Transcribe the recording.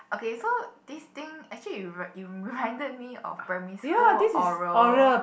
okay so this thing actually it re~ it reminded me of primary school oral